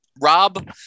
Rob